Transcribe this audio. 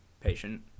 patient